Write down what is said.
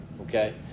okay